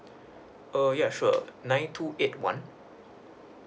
err yeah sure nine two eight one